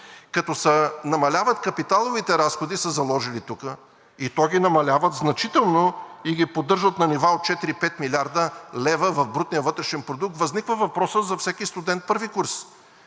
като се намаляват капиталовите разходи – са заложили тук, и то ги намаляват значително и ги поддържат на нива от 4 – 5 млрд. лв. в брутния вътрешен продукт, възниква въпросът за всеки студент първи курс